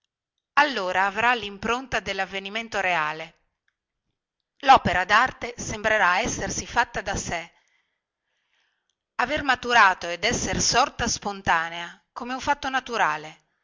avrà limpronta dellavvenimento reale lopera darte sembrerà essersi fatta da sè aver maturato ed esser sòrta spontanea come un fatto naturale